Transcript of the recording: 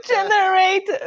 Generate